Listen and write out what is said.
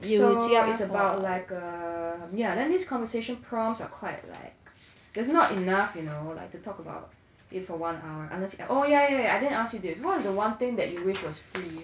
so is about like err yeah then this conversation prompts are quite like there's not enough you know like to talk about it for one hour unless you add oh yea yea yea I didn't ask you this what is the one thing that you wish was free